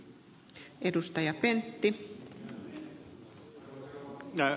arvoisa rouva puhemies